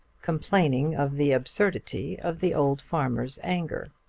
complaining of the absurdity of the old farmer's anger.